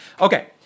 Okay